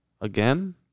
Again